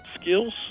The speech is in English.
skills